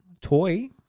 toy